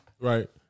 Right